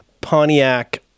Pontiac